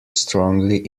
strongly